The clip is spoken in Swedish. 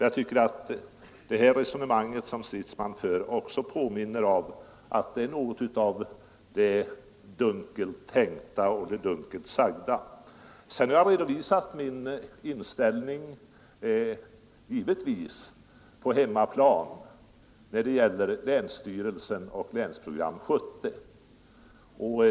Jag tycker att det här resonemanget som herr Stridsman för också påminner om det dunkelt tänkta och det dunkelt sagda. Sedan har jag givetvis redovisat min inställning på hemmaplan när det gäller länsstyrelsen och Länsprogram 70.